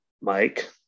Mike